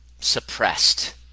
suppressed